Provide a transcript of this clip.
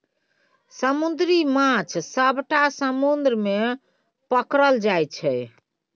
समुद्री माछ सबटा समुद्र मे पकरल जाइ छै